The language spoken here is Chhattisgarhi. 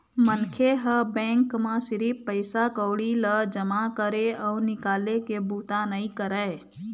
मनखे ह बेंक म सिरिफ पइसा कउड़ी ल जमा करे अउ निकाले के बूता नइ करय